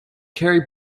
kerry